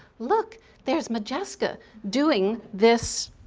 look there's modjeska doing this,